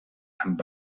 amb